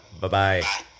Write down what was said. Bye-bye